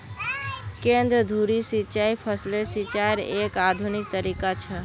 केंद्र धुरी सिंचाई फसलेर सिंचाईयेर एक आधुनिक तरीका छ